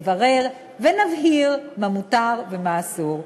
נברר ונבהיר מה מותר ומה אסור.